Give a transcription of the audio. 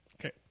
Okay